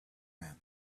man